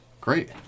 Great